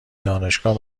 دانشگاه